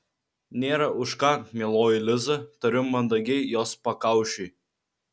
nėra už ką mieloji liza tariu mandagiai jos pakaušiui